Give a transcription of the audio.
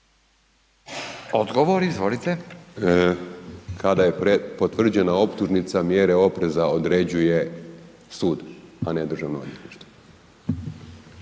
Dražen** Kada je potvrđena optužnica, mjere opreza određuje sud a ne Državno odvjetništvo.